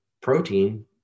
protein